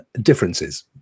differences